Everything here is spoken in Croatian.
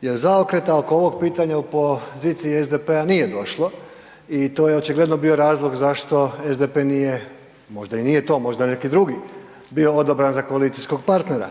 Jer zaokreta oko ovog pitanja o poziciji SDP-a nije došlo i to je očigledno bio razlog zašto SDP nije, možda i nije to, možda je neki drugi bio odabran za koalicijskog partnera,